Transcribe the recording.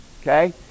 Okay